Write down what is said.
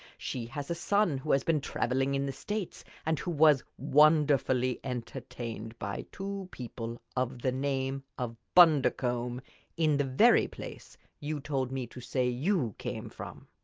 she has a son who has been traveling in the states and who was wonderfully entertained by two people of the name of bundercombe in the very place you told me to say you came from.